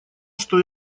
что